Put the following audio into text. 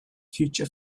future